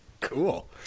cool